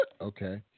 Okay